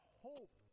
hope